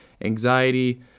anxiety